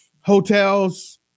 Hotels